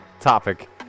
topic